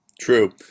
True